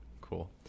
Cool